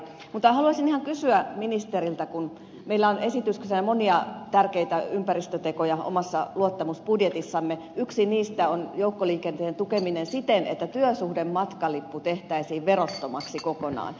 mutta haluaisin ihan kysyä ministeriltä kun meillä on esityksenä monia tärkeitä ympäristötekoja omassa luottamusbudjetissamme ja yksi niistä on joukkoliikenteen tukeminen siten että työsuhdematkalippu tehtäisiin verottomaksi kokonaan